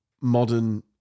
modern